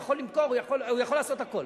הוא יכול למכור, הוא יכול לעשות הכול.